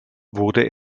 wurde